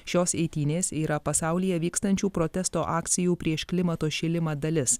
šios eitynės yra pasaulyje vykstančių protesto akcijų prieš klimato šilimą dalis